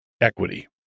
equity